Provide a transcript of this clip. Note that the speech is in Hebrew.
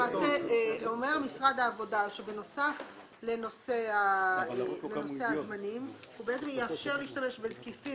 למעשה אומר משרד העבודה שבנוסף לנושא הזמנים הוא יאפשר להשתמש בזקיפים